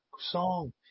song